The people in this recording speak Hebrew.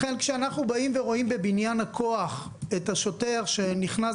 לכן כשאנחנו רואים בבניין הכוח את השוטר שנכנס